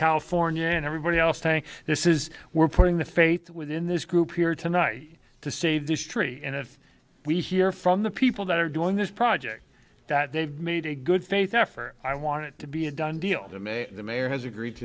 california and everybody else thanks this is we're putting the faith within this group here tonight to save this tree and if we hear from the people that are doing this project that they've made a good faith effort i want it to be a done deal the mayor the mayor has agree